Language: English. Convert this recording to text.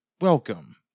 welcome